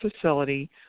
facility